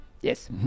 Yes